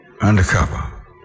undercover